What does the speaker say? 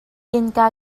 innka